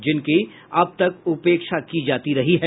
जिनकी अब तक उपेक्षा की जाती रही है